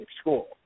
school